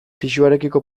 pisuarekiko